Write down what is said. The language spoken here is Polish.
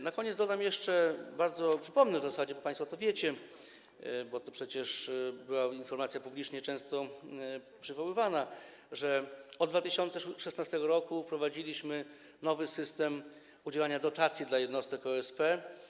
Na koniec dodam jeszcze, przypomnę w zasadzie, jako że państwo to wiecie, bo to przecież była informacja publicznie często przywoływana, że od 2016 r. wprowadziliśmy nowy system udzielania dotacji dla jednostek OSP.